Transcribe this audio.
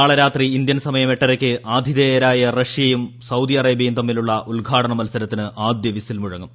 നാളെ രാത്രി ഇന്ത്യൻ സമയം എട്ടരയ്ക്ക് ആതിഥേയരായ റഷ്യയും സൌദി അറേബ്യയും തമ്മിലുള്ള ഉദ്ഘാടന മത്സരത്തിന് ആദ്യ വിസിൽ മുഴങ്ങും